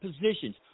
positions